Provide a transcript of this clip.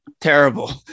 terrible